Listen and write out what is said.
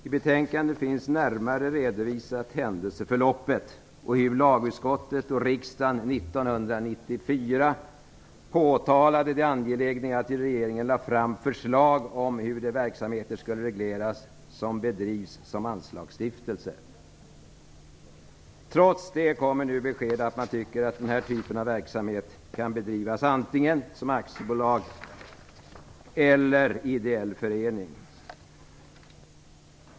I betänkandet finns närmare redovisat händelseförloppet och hur lagutskottet och riksdagen 1994 framhöll det angelägna i att regeringen lade fram förslag om hur de verksamheter skulle regleras som bedrivs som anslagsstiftelser. Trots detta kommer nu beskedet att man tycker att denna typ av verksamhet kan bedrivas i antingen aktiebolag eller ideell förening.